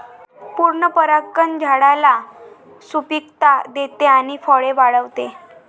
पूर्ण परागकण झाडाला सुपिकता देते आणि फळे वाढवते